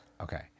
Okay